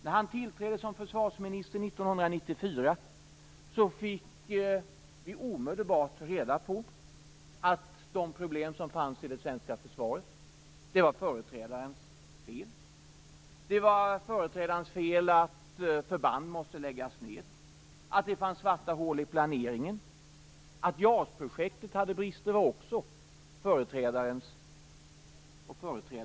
När han tillträdde som försvarsministern 1994 fick vi omedelbart reda på att de problem som fanns i det svenska försvaret var företrädarens fel. Det var företrädarens fel att förband måste läggas ned och att det fanns svarta hål i planeringen. Att JAS-projektet hade brister var också företrädarnas fel.